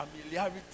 Familiarity